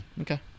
Okay